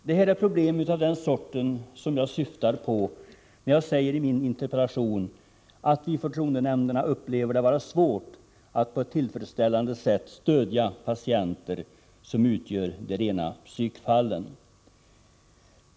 Det är problem av den här sorten som jag syftar på när jag i min interpellation säger att vi i förtroendenämnderna upplever det vara svårt att på ett tillfredsställande sätt stödja de patienter som utgör de rena psykfallen.